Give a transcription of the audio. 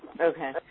Okay